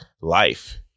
life